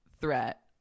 threat